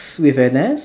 with an S